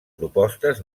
propostes